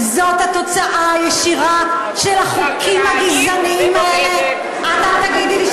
זאת התוצאה הישירה של החוקים הגזעניים האלה,